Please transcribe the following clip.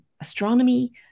astronomy